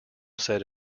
said